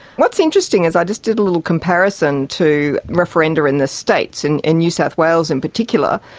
what's interesting is i just did a little comparison to referenda in the states, and in new south wales in particular,